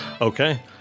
Okay